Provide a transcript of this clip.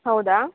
ಹೌದಾ